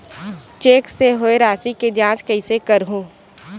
Cheque से होए राशि के जांच कइसे करहु?